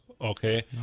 Okay